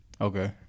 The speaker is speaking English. Okay